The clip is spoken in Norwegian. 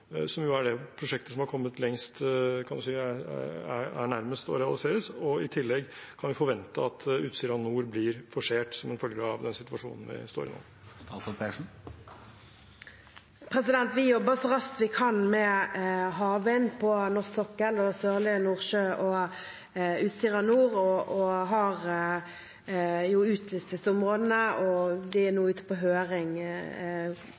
som er nærmest å realiseres? Kan vi i tillegg forvente at Utsira Nord blir forsert som følge av den situasjonen vi står i nå? Vi jobber så raskt vi kan med havvind på norsk sokkel og Sørlige Nordsjø II og Utsira Nord, og har utlyst disse områdene. Hvordan de skal se ut, er